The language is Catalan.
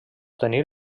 tenir